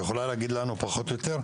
יש לנו גם תוכנית ששלחנו לוועדה,